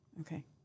Okay